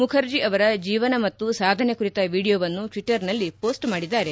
ಮುಖರ್ಜಿ ಅವರ ಜೀವನ ಮತ್ತು ಸಾಧನೆ ಕುರಿತ ವಿಡಿಯೋವನ್ನು ಟ್ವಿಟರ್ನಲ್ಲಿ ಮೋಸ್ಟ್ ಮಾಡಿದ್ದಾರೆ